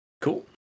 cool